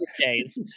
days